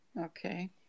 Okay